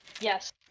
Yes